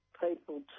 people